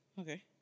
Okay